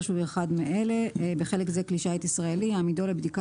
שהוא אחד מאלה (בחלק זה כלי שיט ישראלי) יעמידו לבדיקה